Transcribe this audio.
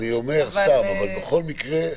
אבל בכל מקרה.